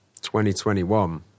2021